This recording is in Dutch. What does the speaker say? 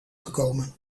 gekomen